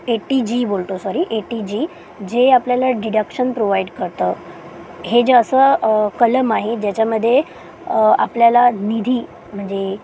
eighty G बोलतो sorry eighty G जे आपल्याला डिडक्शन प्रोव्हाइड करतं हे जे असं कलम आहे ज्याच्यामध्ये आपल्याला निधी म्हणजे